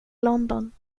london